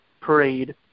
parade